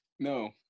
No